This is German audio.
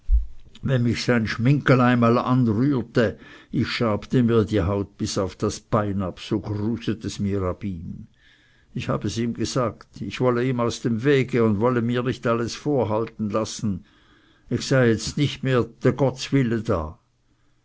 wenn mich sein schminggel einmal anrührte ich schabte mir die haut bis auf das bein ab so gruset es mir ab ihm ich habe ihm gesagt ich wolle ihm aus dem wege und wolle mir nicht alles vorhalten lassen ich sei jetzt nicht mehr dr gottswille da